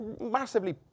massively